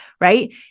right